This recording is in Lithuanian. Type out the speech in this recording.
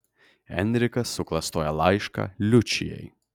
enrikas suklastoja laišką liučijai